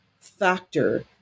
factor